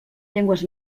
llengües